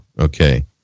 okay